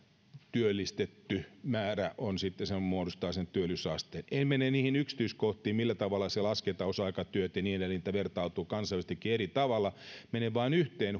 työllistetty määrä muodostaa sen työllisyysasteen en mene niihin yksityiskohtiin millä tavalla se lasketaan osa aikatyöt ja niin edelleen ne vertautuvat kansainvälisestikin eri tavalla menen vain yhteen huomioon